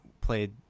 played